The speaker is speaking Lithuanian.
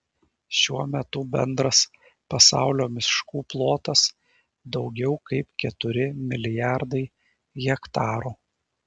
šiuo metu bendras pasaulio miškų plotas daugiau kaip keturi milijardai hektarų